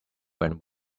when